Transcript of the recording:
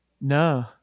No